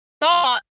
thought